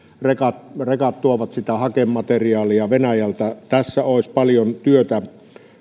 rekat rekat tuovat hakemateriaalia venäjältä tässä olisi paljon työtä